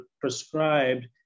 prescribed